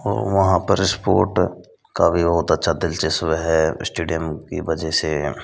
वहाँ पर स्पोट का भी बहुत अच्छा दिल्चस्प है स्टेडियम की वजह से